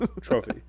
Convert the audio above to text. trophy